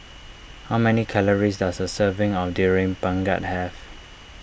how many calories does a serving of Durian Pengat have